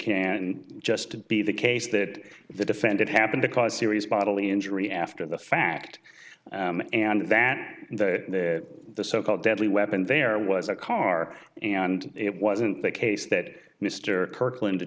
can just be the case that the defendant happened to cause serious bodily injury after the fact and that the so called deadly weapon there was a car and it wasn't the case that mr kirkland